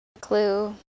Clue